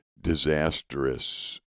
disastrous